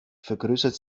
vergrößert